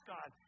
God